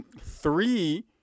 three